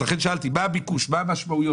לכן שאלתי מה הביקוש, מה המשמעויות?